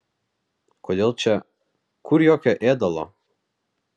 kodėl čia kur jokio ėdalo